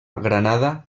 granada